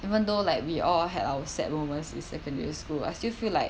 even though like we all had our sad moment in secondary school I still feel like